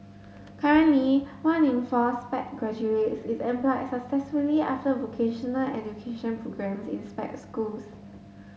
currently one in four Sped graduates is employed successfully after vocational education programmes in Sped schools